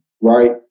right